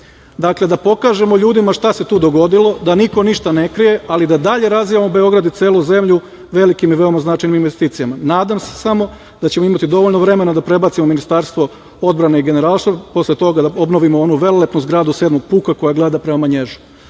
Dakle, da pokažemo ljudima šta se tu dogodilo, da niko ništa ne krije, ali da dalje razvijamo Beograd i celu zemlju velikim i veoma značajnim investicijama. Nadam se samo da ćemo imati dovoljno vremena da prebacimo Ministarstvo odbrane i Generalštab. Posle toga da obnovimo onu velelepnu zgradu VII puka koja gleda prema